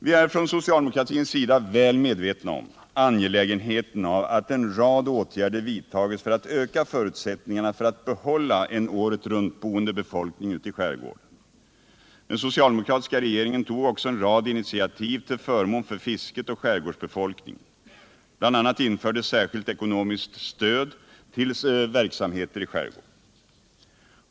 Vi är från socialdemokratins sida väl medvetna om angelägenheten av att en rad åtgärder vidtas för att öka förutsättningarna för att behålla en åretruntboende befolkning ute i skärgården. Den socialdemokratiska regeringen tog också en rad initiativ till förmån för fisket och skärgårdsbefolkningen. Bl. a. infördes särskilt ekonomiskt stöd till verksamheter i skärgården.